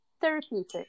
therapeutic